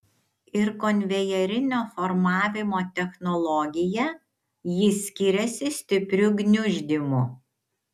ir konvejerinio formavimo technologija ji skiriasi stipriu gniuždymu